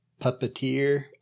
puppeteer